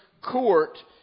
court